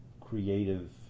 creative